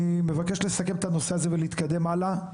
אני מבקש לסכם את הנושא הזה ולהתקדם הלאה.